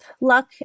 luck